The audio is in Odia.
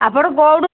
ଆପଣ କୋଉଠୁ